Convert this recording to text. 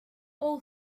all